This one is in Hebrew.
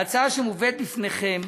ההצעה שמובאת בפניכם